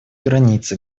границы